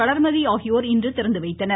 வளர்மதி ஆகியோர் அவர் இன்று திறந்துவைத்தனர்